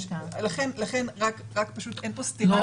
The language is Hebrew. לכן אין פה סתירה.